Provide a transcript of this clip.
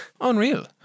Unreal